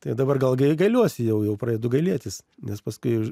tai dabar gal gai gailiuosi jau pradedu gailėtis nes paskui